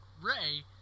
Ray